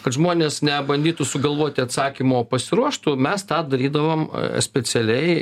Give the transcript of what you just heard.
kad žmonės nebandytų sugalvoti atsakymo pasiruoštų mes tą darydavom specialiai